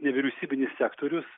nevyriausybinis sektorius